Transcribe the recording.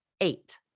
eight